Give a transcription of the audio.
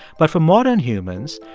but for modern humans,